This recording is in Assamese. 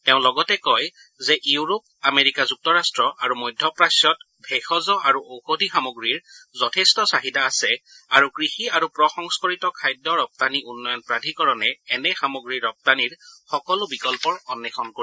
তেওঁ লগতে কয় যে ইউৰোপ আমেৰিকা যুক্তৰাষ্ট আৰু মধ্যপ্ৰাশ্যত ভেষজ আৰু ঔষধী সামগ্ৰীৰ যথেষ্ঠ চাহিদা আছে আৰু কৃষি আৰু প্ৰসংস্থৰিত খাদ্য ৰপ্তানি উন্নয়ন প্ৰাধিকৰণে এনে সামগ্ৰীক ৰপ্তানিৰ সকলো বিকল্পৰ অন্বেষণ কৰিব